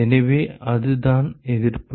எனவே அதுதான் எதிர்ப்பு